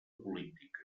política